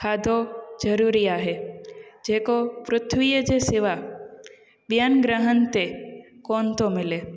खाधो ज़रूरी आहे जेको पृथ्वीअ जे सवाइ ॿियनि ग्रहनि ते कोन्ह थो मिले